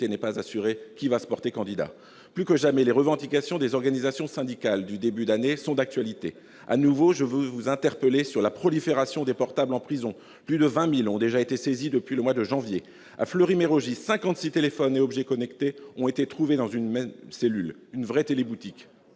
n'est pas assurée, qui va se porter candidat ? Plus que jamais, les revendications des organisations syndicales du début d'année sont d'actualité. De nouveau, je veux vous interpeller sur la prolifération des portables en prison. Plus de 20 000 ont déjà été saisis depuis le mois de janvier. À Fleury-Mérogis, cinquante-six téléphones et objets connectés ont été trouvés dans une même cellule : une vraie téléboutique